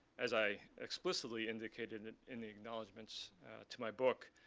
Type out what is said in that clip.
as i explicitly indicated in the acknowledgments to my book,